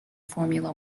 formula